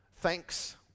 thanks